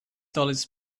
dollars